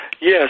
Yes